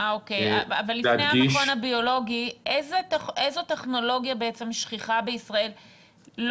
איזה טכנולוגיה שכיחה בישראל,